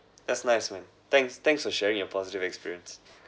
that's nice man thanks thanks for sharing your positive experience